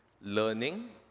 learning